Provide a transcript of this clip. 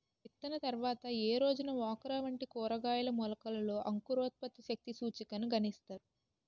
విత్తిన తర్వాత ఏ రోజున ఓక్రా వంటి కూరగాయల మొలకలలో అంకురోత్పత్తి శక్తి సూచికను గణిస్తారు?